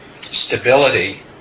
stability